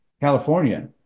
California